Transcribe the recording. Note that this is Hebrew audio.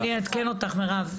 אני אעדכן אותך, מירב.